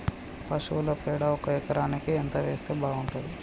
పశువుల పేడ ఒక ఎకరానికి ఎంత వేస్తే బాగుంటది?